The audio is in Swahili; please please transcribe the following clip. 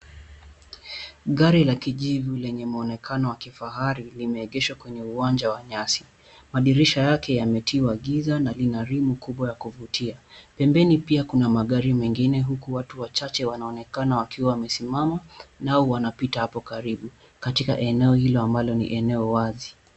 Gari la kijivu lenye muonekano wa kifahari limeegeshwa kwenye uwanja wa nyasi. Madirisha yake yametiwa giza na lina rimu kubwa ya kuvutia. Pembeni pia kuna magari mengine huku watu wachache Wanaonekana wakiwa wamesimama nao wanapita hapo karibu katika eneo hilo ambalo ni eneo wazi.